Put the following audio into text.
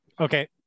Okay